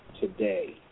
today